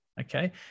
Okay